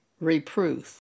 reproof